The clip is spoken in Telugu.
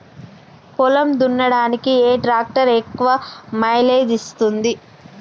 పొలం దున్నడానికి ఏ ట్రాక్టర్ ఎక్కువ మైలేజ్ ఇస్తుంది?